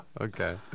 Okay